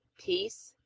peace,